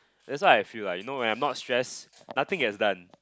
that's what I feel lah you know when I'm not stressed nothing gets done